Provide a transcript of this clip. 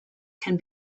can